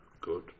good